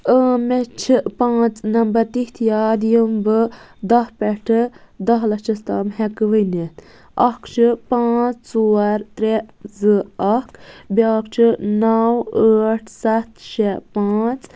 مےٚ چھِ پانٛژھ نمبَر تِتھۍ یاد یِم بہٕ دَہ پٮ۪ٹھٕ دَہ لچھَس تام ہیٚکہٕ ؤنِتھ اَکھ چھِ پانٛژھ ژور ترےٚ زٕ اَکھ بیٛاکھ چھِ نو ٲٹھ سَتھ شےٚ پانٛژھ